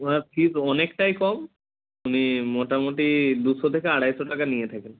ওনার fees অনেকটাই কম উনি মোটামুটি দুশো থেকে আড়াইশো টাকা নিয়ে থাকেন